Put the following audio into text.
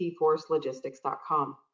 tforcelogistics.com